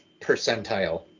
percentile